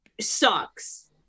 sucks